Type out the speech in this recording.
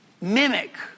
mimic